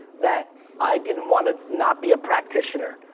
that i didn't wanna not be a practitioner.